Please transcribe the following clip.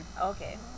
okay